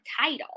title